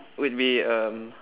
would be um